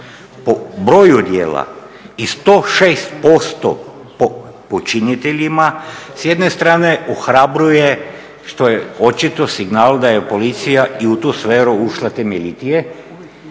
po broju djela i 106% po počiniteljima s jedne strane ohrabruje što je očito signal da je policija i u tu sferu ušla temeljitije